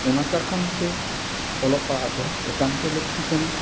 ᱚᱱᱟ ᱠᱟ ᱠᱷᱟᱱ ᱛᱮ ᱚᱞᱚᱜ ᱯᱟᱲᱦᱟᱜ ᱫᱚ ᱮᱠᱟᱱᱛᱚ ᱞᱟᱹᱠᱛᱤ ᱠᱟᱱᱟ